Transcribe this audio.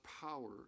power